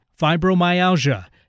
fibromyalgia